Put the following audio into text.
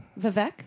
Vivek